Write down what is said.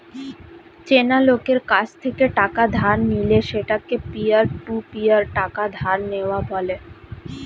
চেনা লোকের কাছ থেকে টাকা ধার নিলে সেটাকে পিয়ার টু পিয়ার টাকা ধার নেওয়া বলে